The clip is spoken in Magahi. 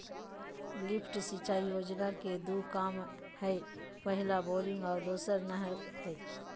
लिफ्ट सिंचाई योजना के दू काम हइ पहला बोरिंग और दोसर नहर हइ